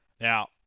Now